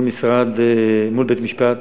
מול בית-המשפט.